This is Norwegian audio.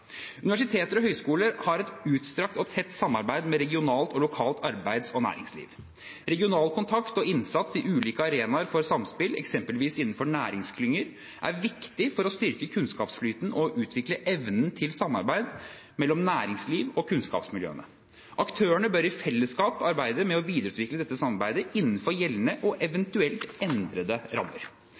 Universiteter og høyskoler har et utstrakt og tett samarbeid med regionalt og lokalt arbeids- og næringsliv. Regional kontakt og innsats i ulike arenaer for samspill, eksempelvis innenfor næringsklynger, er viktig for å styrke kunnskapsflyten og utvikle evnen til samarbeid mellom næringslivet og kunnskapsmiljøene. Aktørene bør i fellesskap arbeide med å videreutvikle dette samarbeidet innenfor gjeldende og eventuelt endrede rammer.